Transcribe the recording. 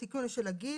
את התיקון של הגיל.